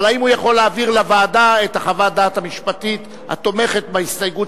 אבל האם הוא יכול להעביר לוועדה את חוות הדעת המשפטית התומכת בהסתייגות